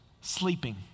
sleeping